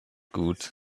gut